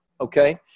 okay